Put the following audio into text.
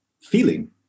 feeling